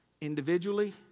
Individually